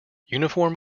uniform